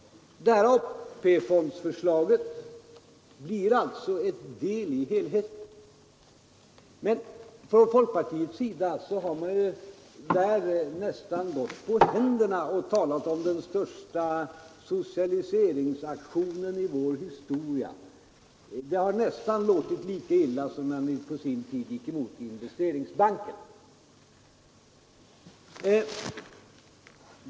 Det här AP-fondsförslaget är alltså en del av helheten. Men från folkpartiets sida har man här nästan gått på händerna och talat om den största socialiseringsaktionen i vår historia. Det har nästan låtit lika illa som när ni på sin tid gick emot Investeringsbanken.